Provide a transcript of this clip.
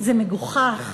זה מגוחך,